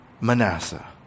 Manasseh